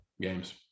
games